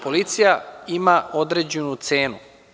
Policija ima određenu cenu.